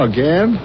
Again